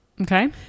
Okay